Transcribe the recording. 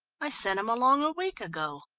i sent him along a week ago.